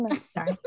sorry